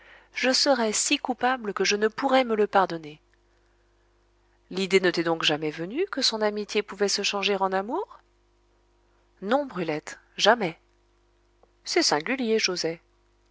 je serais si coupable que je ne pourrais me le pardonner l'idée ne t'est donc jamais venue que son amitié pouvait se changer en amour non brulette jamais c'est singulier joset